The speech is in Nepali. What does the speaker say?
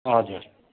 हजुर